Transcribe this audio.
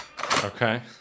okay